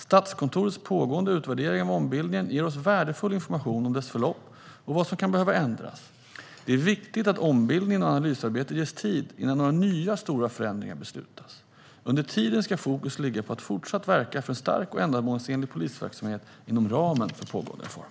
Statskontorets pågående utvärdering av ombildningen ger oss värdefull information om dess förlopp och vad som kan behöva ändras. Det är viktigt att ombildningen och analysarbetet ges tid innan det beslutas om några nya stora förändringar. Under tiden ska fokus ligga på att fortsätta verka för en stark och ändamålsenlig polisverksamhet inom ramen för pågående reform.